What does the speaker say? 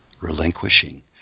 relinquishing